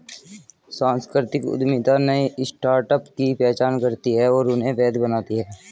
सांस्कृतिक उद्यमिता नए स्टार्टअप की पहचान करती है और उन्हें वैध बनाती है